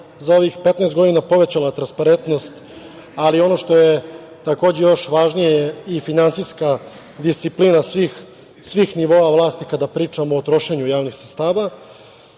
za ovih 15 godina povećala transparentnost, ali ono što je takođe još važnije je i finansijska disciplina svih nivoa vlasti kada pričamo o trošenju javnih